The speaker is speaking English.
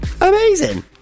Amazing